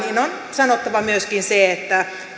sanottava myöskin se että